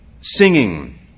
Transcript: singing